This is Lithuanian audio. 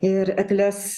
ir egles